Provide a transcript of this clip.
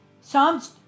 Psalms